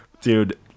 Dude